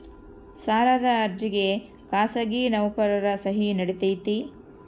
ಸಾಲದ ಅರ್ಜಿಗೆ ಖಾಸಗಿ ನೌಕರರ ಸಹಿ ನಡಿತೈತಿ?